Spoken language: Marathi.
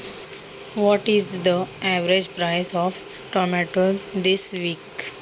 या आठवड्यात टोमॅटोची सरासरी किंमत किती आहे?